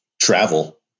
travel